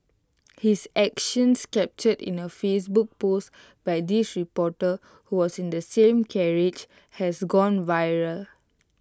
his action captured in A Facebook post by this reporter who was in the same carriage has gone viral